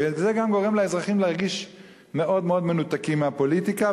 וזה גם גורם לאזרחים להרגיש מאוד מאוד מנותקים מהפוליטיקה,